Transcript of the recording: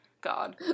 God